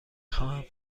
خواهم